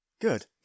Good